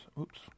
Oops